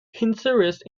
interest